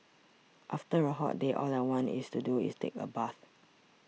after a hot day all I want to do is take a bath